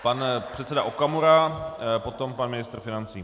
Pan předseda Okamura, potom pan ministr financí.